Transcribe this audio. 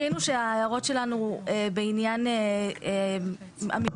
ראינו שההערות שלנו בעניין המינויים